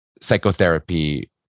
psychotherapy